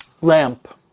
lamp